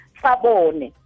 sabone